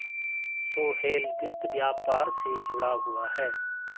सोहेल वित्त व्यापार से जुड़ा हुआ है